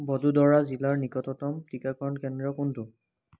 বডোদৰা জিলাৰ নিকটতম টিকাকৰণ কেন্দ্ৰ কোনটো